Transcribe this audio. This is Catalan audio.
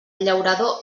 llaurador